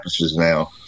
now